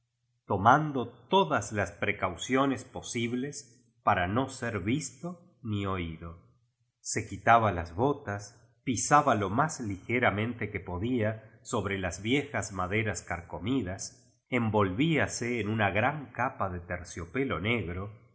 tomando todas las precauciones posibles para no ser visto ni oído se quitaba jas botas pisaba lo más lige ramente que podía sobre las viejas maderas carcomidas envolvíase en una gran capa de terciopelo negro y